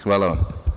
Hvala vam.